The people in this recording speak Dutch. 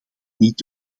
niet